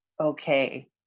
okay